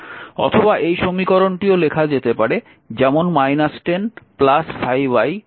অথবা এই সমীকরণটিও লেখা যেতে পারে যেমন 10 5i1 v0